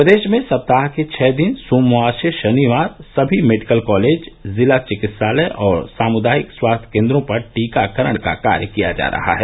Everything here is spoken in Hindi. प्रदेश में सप्ताह के छह दिन सोमवार से शनिवार सभी मेडिकल कॉलेज जिला चिकित्सालय और सामुदायिक स्वास्थ्य केन्द्रों पर टीकाकरण का कार्य किया जा रहा है